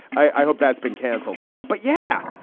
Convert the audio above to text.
i hope that's been canceled but yeah,